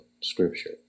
Scripture